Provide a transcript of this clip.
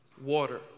water